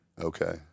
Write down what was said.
okay